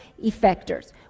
effectors